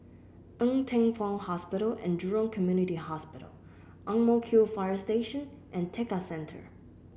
Ng Teng Fong Hospital and Jurong Community Hospital Ang Mo Kio Fire Station and Tekka Centre